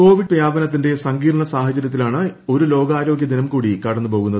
ക്ടോവിിഡ് വ്യാപനത്തിന്റെ സങ്കീർണ സാഹചര്യത്തിലാണ് ഒരു ലോക്യാര്യോഗ്യ ദിനം കൂടി കടന്നു പോകുന്നത്